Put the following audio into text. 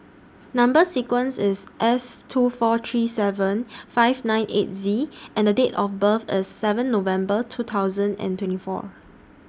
Number sequence IS S two four three seven five nine eight Z and Date of birth IS seven November two thousand and twenty four